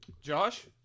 Josh